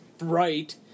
right